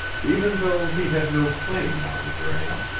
even though he had no claim on gram,